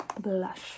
blush